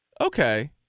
Okay